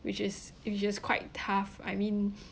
which is which is quite tough I mean